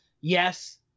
yes